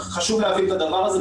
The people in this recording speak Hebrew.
חשוב להבין את הדבר הזה,